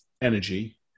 energy